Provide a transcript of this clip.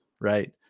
right